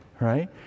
right